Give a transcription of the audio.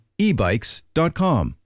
ebikes.com